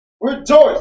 Rejoice